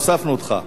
הוספנו אותך.